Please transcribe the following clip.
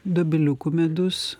dobiliukų medus